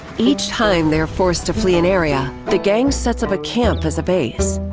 each time they are forced to flee an area, the gang sets up a camp as a base.